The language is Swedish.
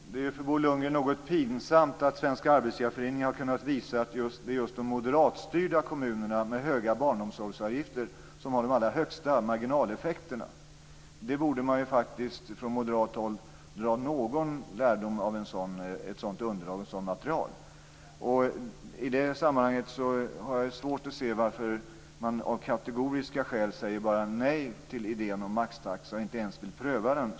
Fru talman! Det är något pinsamt för Bo Lundgren att Svenska Arbetsgivareföreningen har kunnat visa att det är just de moderatstyrda kommunerna med höga barnomsorgsavgifter som har de allra högsta marginaleffekterna. Moderaterna borde faktiskt dra någon lärdom av ett sådant material. I det sammanhanget har jag svårt att se varför man av kategoriska skäl bara säger nej till idén om maxtaxa och inte ens vill pröva den.